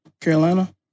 Carolina